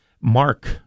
mark